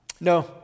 No